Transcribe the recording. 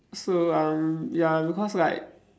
so um ya because like